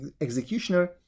executioner